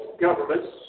governments